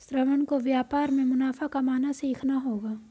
श्रवण को व्यापार में मुनाफा कमाना सीखना होगा